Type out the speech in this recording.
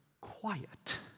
quiet